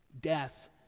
Death